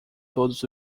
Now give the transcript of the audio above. todos